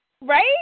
Right